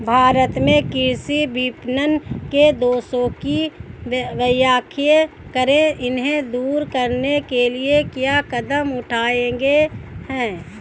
भारत में कृषि विपणन के दोषों की व्याख्या करें इन्हें दूर करने के लिए क्या कदम उठाए गए हैं?